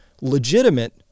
legitimate